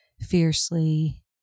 fiercely